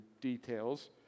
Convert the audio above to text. details